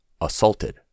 assaulted